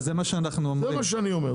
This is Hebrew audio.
זה מה שאנחנו אומרים.